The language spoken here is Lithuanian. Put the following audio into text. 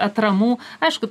atramų aišku